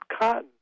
cotton